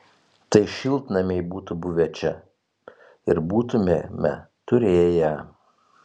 tai šiltnamiai būtų buvę čia ir būtumėme turėję